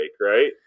right